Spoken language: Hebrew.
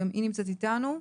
גם היא נמצאת איתנו.